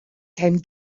came